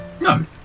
No